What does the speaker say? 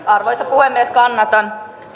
arvoisa puhemies kannatan